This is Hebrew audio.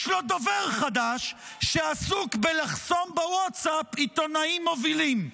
יש לו דובר חדש שעסוק בלחסום בווטסאפ עיתונאים מובילים.